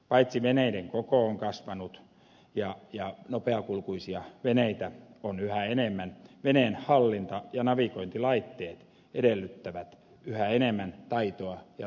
paitsi että veneiden koko on kasvanut ja nopeakulkuisia veneitä on yhä enemmän veneen hallinta ja navigointilaitteet edellyttävät yhä enemmän taitoa ja tarkkaavaisuutta